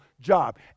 job